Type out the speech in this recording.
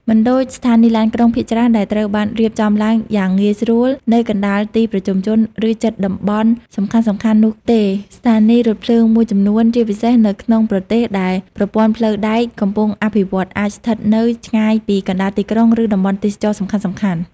មិនដូចស្ថានីយ៍ឡានក្រុងភាគច្រើនដែលត្រូវបានរៀបចំឡើងយ៉ាងងាយស្រួលនៅកណ្តាលទីប្រជុំជន ឬជិតតំបន់សំខាន់ៗនោះទេ ស្ថានីយ៍រថភ្លើងមួយចំនួន ជាពិសេសនៅក្នុងប្រទេសដែលប្រព័ន្ធផ្លូវដែកកំពុងអភិវឌ្ឍ អាចស្ថិតនៅ ឆ្ងាយពីកណ្តាលទីក្រុង ឬតំបន់ទេសចរណ៍សំខាន់ៗ។